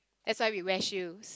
that's why we wear shoes